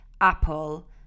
Apple